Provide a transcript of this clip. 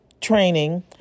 training